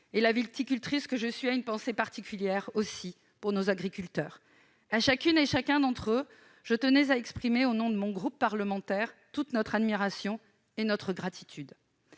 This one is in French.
La viticultrice que je suis a également une pensée particulière pour nos agriculteurs. À chacune et à chacun d'entre eux, je tiens à exprimer, au nom de mon groupe parlementaire, toute notre admiration et notre gratitude.